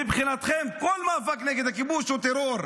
מבחינתכם, כל מאבק נגד הכיבוש הוא טרור,